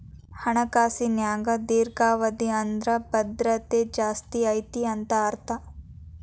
ಹಣಕಾಸಿನ್ಯಾಗ ದೇರ್ಘಾವಧಿ ಅಂದ್ರ ಭದ್ರತೆ ಜಾಸ್ತಿ ಐತಿ ಅಂತ ಅರ್ಥ